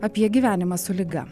apie gyvenimą su liga